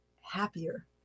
happier